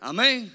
Amen